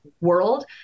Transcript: world